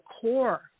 core